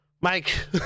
Mike